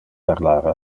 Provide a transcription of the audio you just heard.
parlar